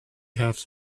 half